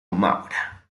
maura